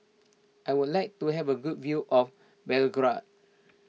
I would like to have a good view of Belgrade